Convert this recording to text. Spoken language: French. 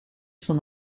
son